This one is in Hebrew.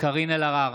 קארין אלהרר,